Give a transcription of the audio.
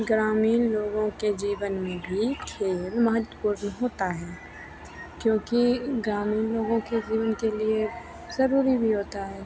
ग्रामीण लोगों के जीवन में भी खेल महत्वपूर्ण होता है क्योंकि ग्रामीण लोगों के जीवन के लिये ज़रूरी भी होता है